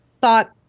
thought